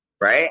right